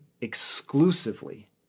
exclusively